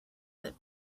that